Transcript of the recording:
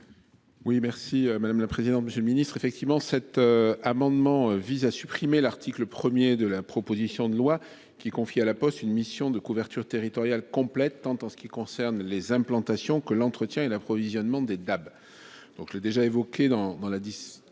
Oui merci madame la présidente, monsieur le ministre effectivement cet amendement vise à supprimer l'article 1er de la proposition de loi qui confie à La Poste une mission de couverture territoriale complète tant en ce qui concerne les implantations que l'entretien et l'approvisionnement des DAB. Donc le déjà évoqué dans dans